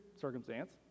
circumstance